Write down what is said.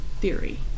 theory